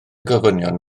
gofynion